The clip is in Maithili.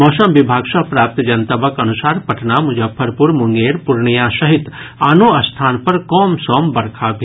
मौसम विभाग सॅ प्राप्त जनतबक अनुसार पटना मुजफ्फरपुर मुंगेर पूर्णिया सहित आनो स्थान पर कमसम बरखा भेल